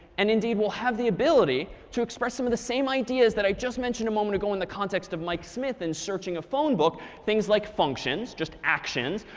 and indeed, we'll have the ability to express some of the same ideas that i just mentioned a moment ago in the context of mike smith and searching a phone book things like functions, just actions,